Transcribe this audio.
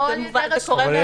זה קורה מעצמו.